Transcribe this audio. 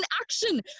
action